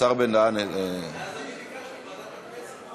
סגן השר בן-דהן, אז אני ביקשתי ועדת הכנסת,